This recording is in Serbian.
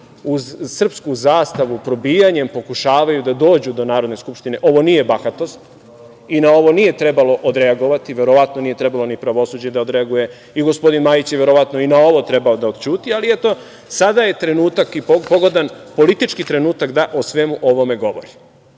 uz srpsku zastavu, probijanjem pokušavaju da dođu do Narodne skupštine, ovo nije bahatost i na ovo nije trebalo odreagovati, verovatno nije trebalo ni pravosuđe da odreaguje i gospodin Majić je verovatno i na ovo trebalo da odćuti. Ali eto, sada je trenutak i pogodan politički trenutak da o svemu ovome govorim.E